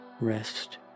Rest